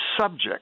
subject